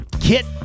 Kit